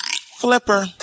Flipper